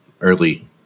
early